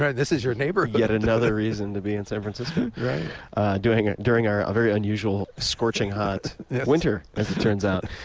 this is your neighborhood. yet another reason to be in san francisco during ah during our very unusual, scorching hot winter as it turns out.